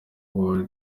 war